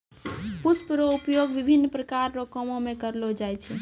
पुष्प रो उपयोग विभिन्न प्रकार रो कामो मे करलो जाय छै